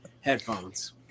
headphones